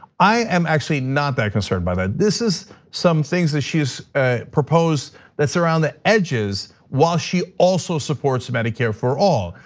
i am actually not that concerned by that. this is some things that she's ah proposed that's around the edges while she also supports medicare for all.